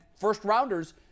first-rounders